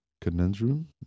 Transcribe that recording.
conundrum